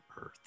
earth